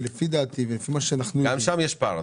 גם שם יש פער.